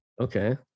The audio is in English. Okay